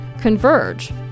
converge